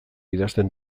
idazten